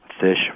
fish